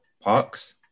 parks